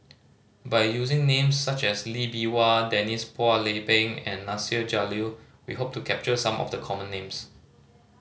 by using names such as Lee Bee Wah Denise Phua Lay Peng and Nasir Jalil we hope to capture some of the common names